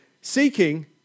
Seeking